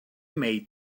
made